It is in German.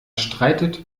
streitet